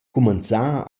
cumanzà